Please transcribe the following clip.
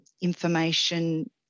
information